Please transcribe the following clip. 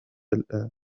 الآن